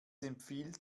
empfiehlt